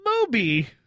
Moby